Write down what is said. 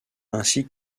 ainsi